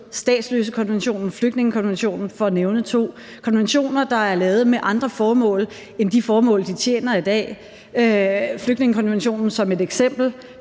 statsløsekonventionen, flygtningekonventionen, for at nævne to. Det er konventioner, der er lavet med andre formål end de formål, som de tjener i dag. Flygtningekonventionen er et eksempel